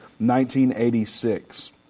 1986